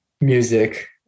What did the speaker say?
Music